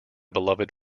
beloved